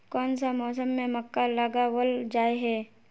कोन सा मौसम में मक्का लगावल जाय है?